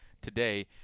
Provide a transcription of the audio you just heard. today